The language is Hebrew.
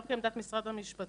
לא כעמדת משרד המשפטים.